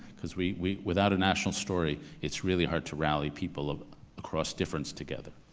because we we without a national story, it's really hard to rally people across difference together.